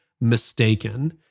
mistaken